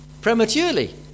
prematurely